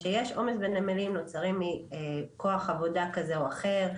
שיש עומס בנמלים והוא נוצר מכוח עבודה כזה או אחר,